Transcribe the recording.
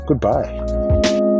goodbye